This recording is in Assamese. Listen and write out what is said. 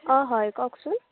অ' হয় কওকচোন